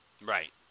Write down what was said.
Right